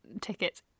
tickets